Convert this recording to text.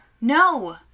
No